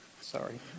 sorry